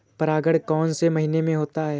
परागण कौन से महीने में होता है?